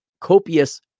copious